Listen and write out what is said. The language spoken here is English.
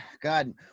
God